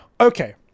Okay